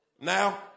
Now